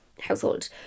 household